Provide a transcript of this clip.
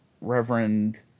Reverend